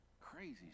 crazy